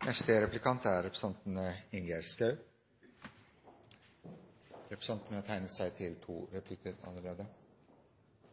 Jeg har tidligere uttrykt at det å etablere et nødnett er dyrt og vanskelig, men nødvendig. Jeg har lyst til